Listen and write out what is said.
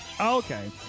okay